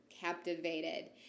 captivated